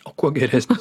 o kuo geresnis